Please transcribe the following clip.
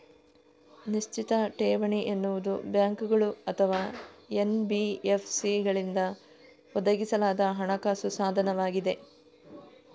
ನಿಶ್ಚಿತ ಠೇವಣಿ ಎನ್ನುವುದು ಬ್ಯಾಂಕುಗಳು ಅಥವಾ ಎನ್.ಬಿ.ಎಫ್.ಸಿಗಳಿಂದ ಒದಗಿಸಲಾದ ಹಣಕಾಸು ಸಾಧನವಾಗಿದೆ